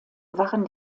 waren